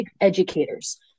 educators